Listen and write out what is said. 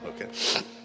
Okay